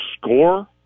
score